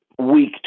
Week